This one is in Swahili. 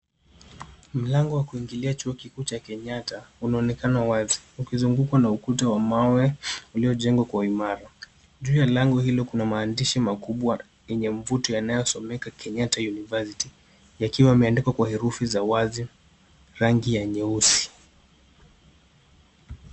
Mlango wa kuingilia chuo kikuu cha Kenyatta unaonekana wazi ukizungukwa kwa ukuta wa mawe uliojengwa kwa imara. Juu ya lango hilo kuna maandishi makubwa yenye mvuto yanayosomeka Kenyatta University, yakiwa yameandikwa kwa herufu za wazi; rangi ya nyeusi.